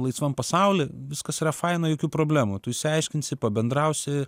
laisvam pasauly viskas yra faina jokių problemų tu išsiaiškinsi pabendrausi